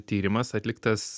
tyrimas atliktas